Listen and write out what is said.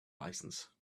license